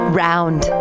round